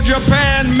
Japan